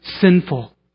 sinful